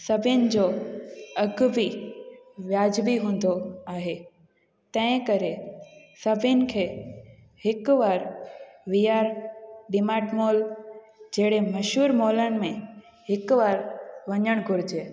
सभिनि जो अघ बि व्याजिबी हूंदो आहे तंहिं करे सभिनि खे हिकु वार वीआर डीमाट मॉल जहिड़े मशहूरु मॉलनि में हिकु वार वञण घुरिजे